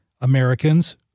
Americans